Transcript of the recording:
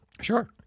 Sure